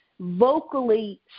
vocally